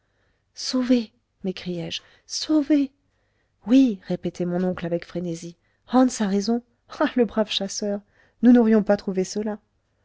sauvés m'écriai-je sauvés oui répétait mon oncle avec frénésie hans a raison ah le brave chasseur nous n'aurions pas trouvé cela